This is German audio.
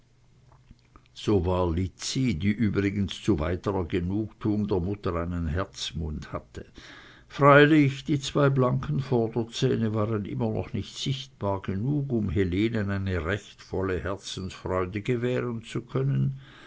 so war lizzi die übrigens zu weiterer genugtuung der mutter einen herzmund hatte freilich die zwei blanken vorderzähne waren immer noch nicht sichtbar genug um helenen eine recht volle herzensfreude gewähren zu können